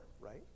right